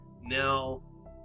now